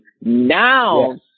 Now